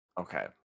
Okay